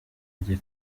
njya